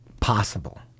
possible